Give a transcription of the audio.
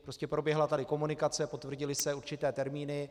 Prostě proběhla tady komunikace, potvrdily se určité termíny.